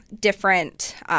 different